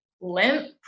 limp